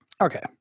Okay